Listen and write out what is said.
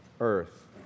earth